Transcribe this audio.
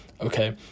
okay